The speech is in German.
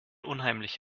unheimlich